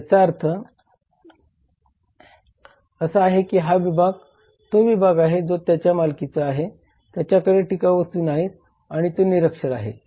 याचा अर्थ असा आहे की हा तो विभाग आहे जो त्याच्या मालकीचा आहे त्याच्याकडे टिकाऊ वस्तू नाहीत आणि तो निरक्षर आहे